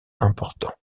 importants